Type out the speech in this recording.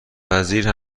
وزیر